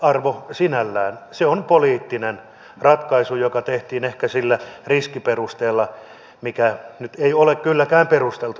arvo sinällään se on poliittinen ratkaisu joka tehtiin ehkä sillä riskiperusteella mikä nyt ei ole kylläkään perusteltu riskiperuste